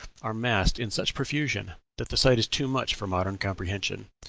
are massed in such profusion that the sight is too much for modern comprehension.